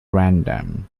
random